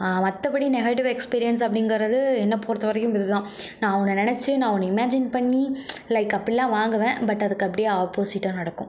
மற்றபடி negative experience அப்படிங்கிறது என்னை பொறுத்தவரைக்கும் இது தான் நான் ஒன்று நினைச்சி நான் ஒன்று இமேஜின் பண்ணி லைக் அப்பெல்லாம் வாங்கிவேன் பட் அதுக்கு அப்படியே ஆப்போசிட்டாக நடக்கும்